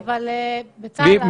אבל בצלאל היה.